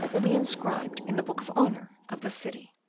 will be inscribed in the book of honour of the city.